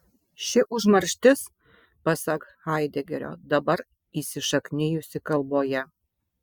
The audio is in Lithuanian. ši užmarštis pasak haidegerio dabar įsišaknijusi kalboje